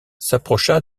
s’approcha